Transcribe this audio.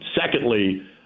Secondly